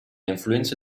influenze